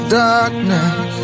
darkness